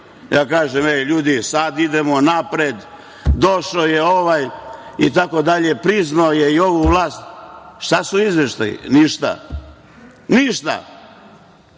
Ja kažem – ljudi, sad idemo napred, došao je ovaj, priznao je ovu vlast. Šta su izveštaji? Ništa. Ništa.